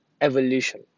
evolution